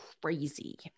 crazy